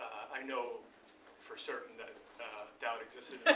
i know for certain that doubt existed